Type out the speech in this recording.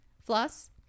floss